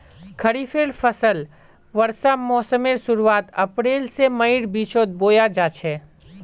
खरिफेर फसल वर्षा मोसमेर शुरुआत अप्रैल से मईर बिचोत बोया जाछे